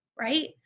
right